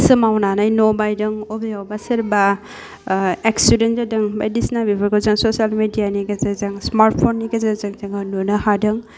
सोमावनानै न' बायदों बबेयावबा सोरबा एक्सिदेन्ट जादों बायदिसिना बेफोरखौ जों ससेल मेदियानि गेजेरजों स्मार्ट फननि गेजेरजों जोङो नुनो हादों